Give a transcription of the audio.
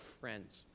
friends